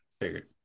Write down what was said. figured